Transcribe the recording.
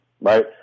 right